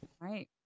Right